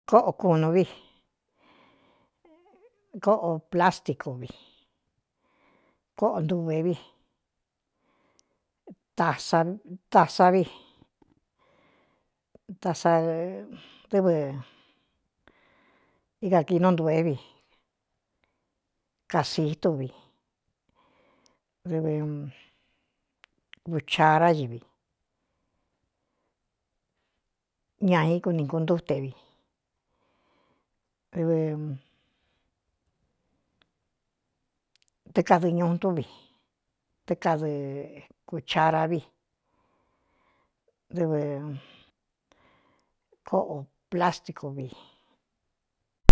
Koꞌo kunū vi kóꞌo plasticu vi koꞌō ntuvē vi ta sa vi taadɨvɨ ikākinu nduve vi kasīí túvi dɨ uchará ivi ñāi ku ni kuntute vi ɨtɨ kadɨɨ ñuu túvi kadɨɨɨ kuchara vi dɨvɨ kóꞌo plasticu vi.